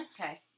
Okay